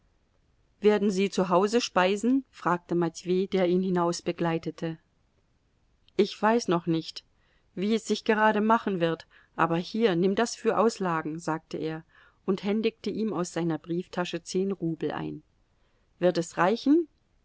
werden sie zu hause speisen fragte matwei der ihn hinausbegleitete ich weiß noch nicht wie es sich gerade machen wird aber hier nimm das für auslagen sagte er und händigte ihm aus seiner brieftasche zehn rubel ein wird es reichen